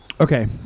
Okay